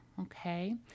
Okay